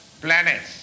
planets